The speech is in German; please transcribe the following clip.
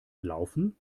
laufen